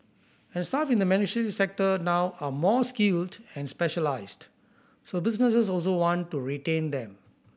and staff in the sector now are more skilled and specialised so businesses also want to retain them